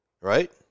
Right